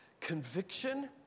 conviction